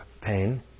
pain